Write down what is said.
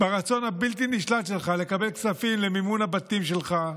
ברצון הבלתי-נשלט שלך לקבל כספים למימון הבתים שלך,